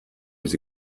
was